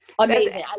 amazing